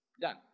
Done